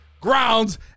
grounds